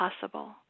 possible